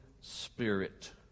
spirit